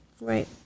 Right